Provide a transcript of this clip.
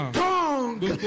tongue